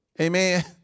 Amen